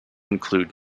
include